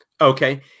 okay